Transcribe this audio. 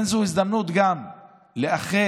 זו הזדמנות גם לאחל